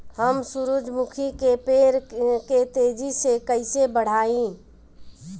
हम सुरुजमुखी के पेड़ के तेजी से कईसे बढ़ाई?